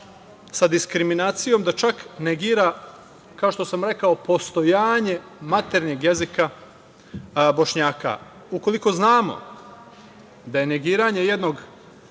sa diskriminacijom da čak negira, kao što sam rekao postojanje maternjeg jezika Bošnjaka. Ukoliko znamo da je negiranje jednog